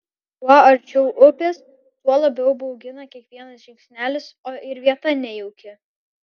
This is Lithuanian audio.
kuo arčiau upės tuo labiau baugina kiekvienas žingsnelis o ir vieta nejauki